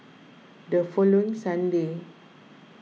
the following Sunday